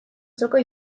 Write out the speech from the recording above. soka